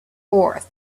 fourth